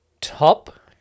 top